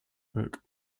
book